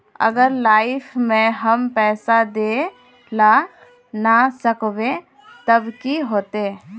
अगर लाइफ में हम पैसा दे ला ना सकबे तब की होते?